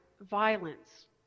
violence